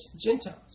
Gentiles